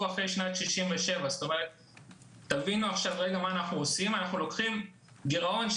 אחרי שנת 1967. תבינו מה אנחנו עושים: אנחנו לוקחים גירעון,